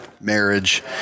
marriage